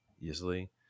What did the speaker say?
easily